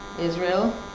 Israel